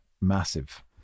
massive